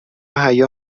حیا